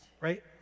right